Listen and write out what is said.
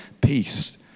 peace